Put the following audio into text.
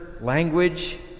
language